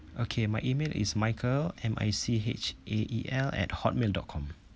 okay my email is michael M I C H A E L at hotmail dot com